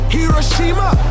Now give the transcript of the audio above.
Hiroshima